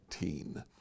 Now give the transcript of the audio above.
19